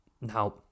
now